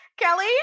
Kelly